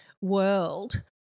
world